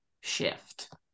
shift